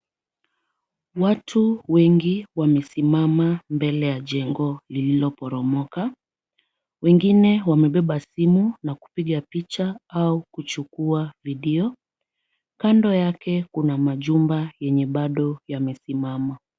Watu wengi wamesimama mbele ya jengo lililoporomoka. Wengine wamebeba simu na kupiga picha au kuchukua video . Kando yake kuna majumba yenye bado yamesimama.